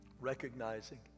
recognizing